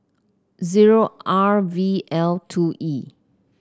zero R V L two E